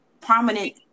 prominent